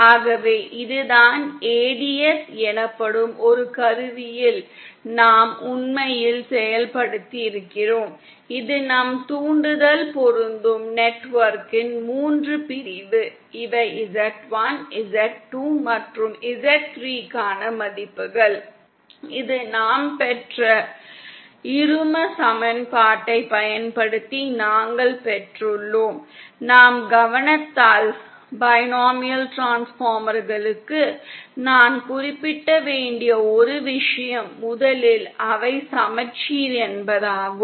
ஆகவே இதுதான் ADS எனப்படும் ஒரு கருவியில் நாம் உண்மையில் செயல்படுத்தியிருக்கிறோம் இது நம் தூண்டுதல் பொருந்தும் நெட்வொர்க்கின் மூன்று பிரிவு இவை Z1 Z2 மற்றும் Z3 க்கான மதிப்புகள் இது நாம் பெற்ற இரும சமன்பாட்டைப் பயன்படுத்தி நாங்கள் பெற்றுள்ளோம் நாம் கவனித்தால் பைனோமியல் டிரான்ஸ்ஃபார்மர்களுக்கு நான் குறிப்பிட வேண்டிய ஒரு விஷயம் முதலில் அவை சமச்சீர் என்பதாகும்